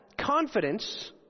confidence